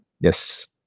Yes